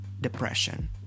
depression